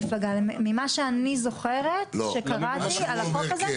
ממה שאני זוכרת כשקראתי על החוק הזה,